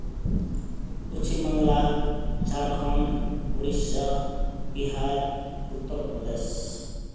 Paschim Bangla Jharkhand Odisha Bihar Uttar Pradesh